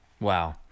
Wow